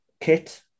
kit